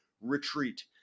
Retreat